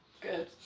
Good